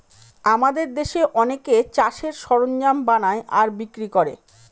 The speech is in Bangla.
আমাদের দেশে অনেকে চাষের সরঞ্জাম বানায় আর বিক্রি করে